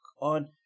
on